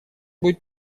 будет